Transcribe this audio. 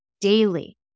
daily